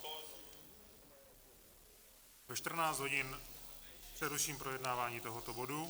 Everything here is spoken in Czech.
Ve 14 hodin přeruším projednávání tohoto bodu.